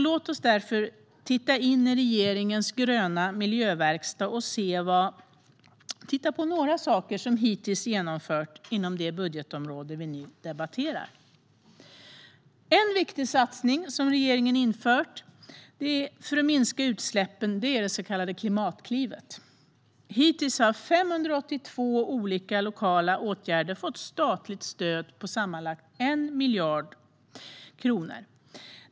Låt oss därför titta in i regeringens gröna miljöverkstad och titta på några saker som hittills genomförts inom det budgetområde vi nu debatterar. En viktig satsning som regeringen infört för att minska utsläppen är det så kallade Klimatklivet. Hittills har 582 olika lokala åtgärder fått statligt stöd på sammanlagt 1 miljard kronor.